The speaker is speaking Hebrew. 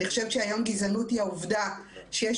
אני חושבת שהיום גזענות היא העובדה שיש